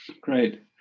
Great